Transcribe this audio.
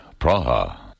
Praha